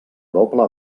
doble